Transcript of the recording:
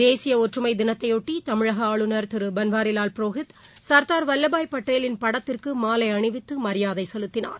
தேசிய ஒற்றுமை தினத்தையாட்டிதமிழகஆளுநர் திருபன்வாரிவால் புரோஹித் சர்தார் வல்லபாய் பட்டேலின் படத்திற்குமாலைஅணிவித்துமரியாதைசெலுத்தினார்